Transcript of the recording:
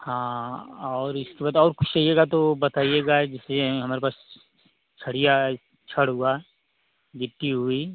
हाँ और इसमें तो और कुछ चहिएगा तो बताइएगा जैसे हमारे पास सरिया है छड़ हुआ गिट्टी हुई